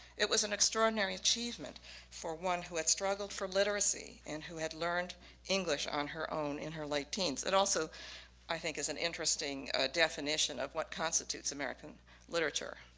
it was an extraordinary achievement for one who had struggled for literacy and who had learned english on her own in her late teens. it also i think is an interesting definition of what constitutes american literature,